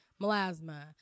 melasma